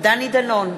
דני דנון,